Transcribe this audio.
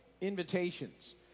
Invitations